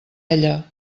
ella